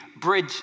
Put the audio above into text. bridge